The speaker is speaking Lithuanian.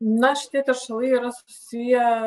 na šitie teršalai yra susiję